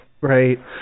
Right